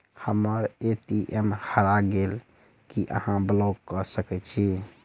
हम्मर ए.टी.एम हरा गेल की अहाँ ब्लॉक कऽ सकैत छी?